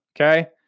okay